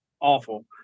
awful